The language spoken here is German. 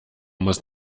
muss